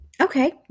Okay